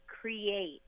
create